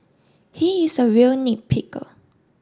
he is a real nitpicker